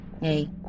Hey